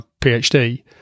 phd